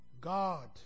God